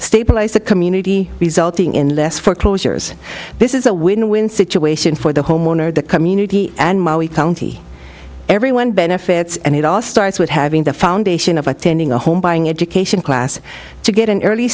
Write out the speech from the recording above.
stabilize the community resulting in less foreclosures this is a win win situation for the homeowner the community and county everyone benefits and it all starts with having the foundation of attending a home buying education class to get an early